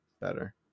better